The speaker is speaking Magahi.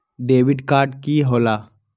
डेबिट काड की होला?